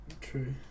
True